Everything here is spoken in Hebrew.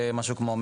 משהו כמו,